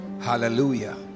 hallelujah